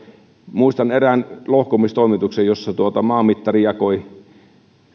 muistan erään lohkomistoimituksen jossa maanmittari jakoi